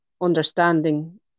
understanding